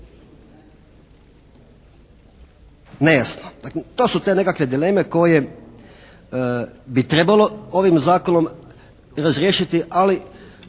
Nejasno. Dakle, to su te nekakve dileme koje bi trebalo ovim Zakonom razriješiti, ali